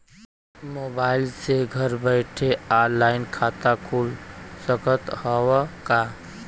Mobile से घर बैठे ऑनलाइन खाता खुल सकत हव का?